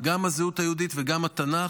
גם של הזהות היהודית וגם של התנ"ך,